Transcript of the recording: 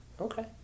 okay